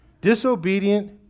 Disobedient